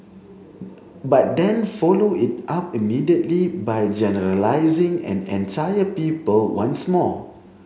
but then followed it up immediately by generalising an entire people once more